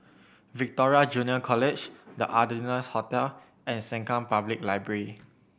Victoria Junior College The Ardennes Hotel and Sengkang Public Library